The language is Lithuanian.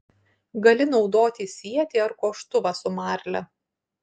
gali naudoti sietį ar koštuvą su marle